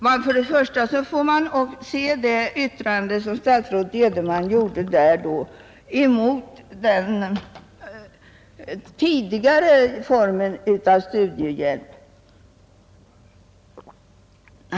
Man får se statsrådet Edenmans yttrande mot bakgrund av den tidigare formen av studiehjälp.